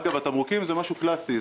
אגב, התמרוקים זה משהו קלסי.